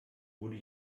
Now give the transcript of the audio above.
wurde